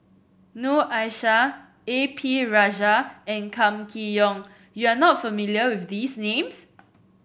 Noor Aishah A P Rajah and Kam Kee Yong You are not familiar with these names